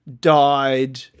died